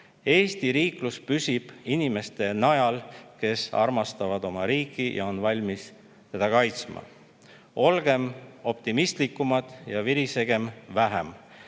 Eesti riiklus püsib inimeste najal, kes armastavad oma riiki ja on valmis teda kaitsma. Olgem optimistlikumad ja virisegem vähem!